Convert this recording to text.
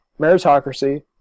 meritocracy